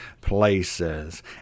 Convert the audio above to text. places